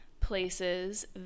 places